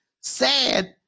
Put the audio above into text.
sad